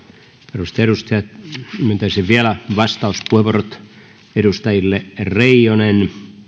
arvoisat edustajat myöntäisin vielä vastauspuheenvuorot edustajille reijonen